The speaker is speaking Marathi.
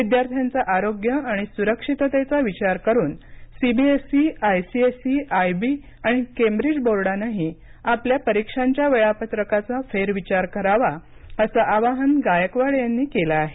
विद्यार्थ्यांचं आरोग्य आणि सुरक्षिततेचा विचार करून सीबीएसई आयसीएसई आयबी आणि केंब्रिज बोर्डांनीही आपल्या परीक्षांच्या वेळापत्रकाचा फेरविचार करावा असं आवाहन गायकवाड यांनी केलं आहे